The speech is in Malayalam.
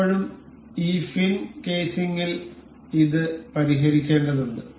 ഇപ്പോഴും ഈ ഫിൻ കേസിംഗിൽ ഇത് പരിഹരിക്കേണ്ടതുണ്ട്